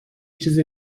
چیز